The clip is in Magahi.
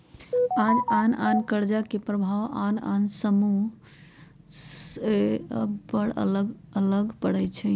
आन आन कर्जा के प्रभाव आन आन समूह सभ पर अलग अलग पड़ई छै